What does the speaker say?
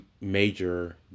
major